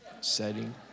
setting